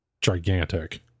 gigantic